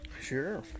Sure